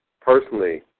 personally